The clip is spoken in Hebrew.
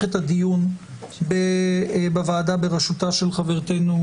את הדיון בוועדה בראשותה של חברתנו,